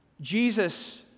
Jesus